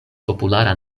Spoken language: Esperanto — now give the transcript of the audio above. populara